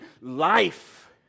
life